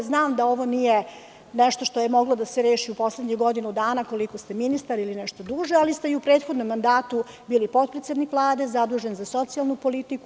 Znam da ovo nije nešto što je moglo da se reši u poslednjih godinu dana koliko ste ministar ili nešto duže, ali ste i u prethodnom mandatu bili potpredsednik Vlade zadužen za socijalnu politiku.